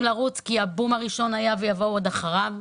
לרוץ כי הבום הראשון היה ויבואו עוד אחריו.